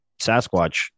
sasquatch